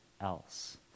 else